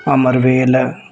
ਅਮਰਵੇਲ